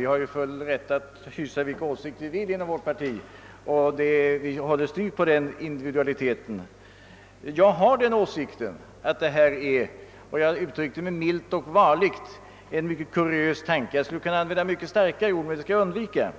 Vi har ju full rätt att hysa vilka åsikter vi vill inom vårt parti, och vi håller styvt på denna individualitetsprincip. Jag har den åsikten — och :ag ut Åtgärder för att fördjupa och stärka det svenska folkstyret trycker mig därvid mycket milt och varligt — att detta är en synnerligen kuriös tanke. Jag skulle kunna använda mycket starkare ord, men det skall jag undvika.